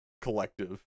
collective